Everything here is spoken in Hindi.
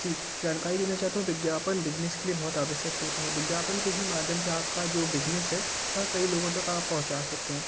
जी जानकारी देना चाहता हूँ विज्ञापन बिज़नेस के लिए बहुत आवश्यक होता है विज्ञापन के ही माध्यम से आपका जो बिज़नेस है वह कई लोगों तक आप पहुंचा सकते हैं